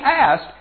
asked